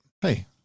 hey